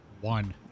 One